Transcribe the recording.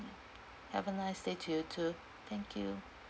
have a nice day to you too thank you